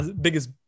biggest